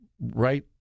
right